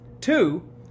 Two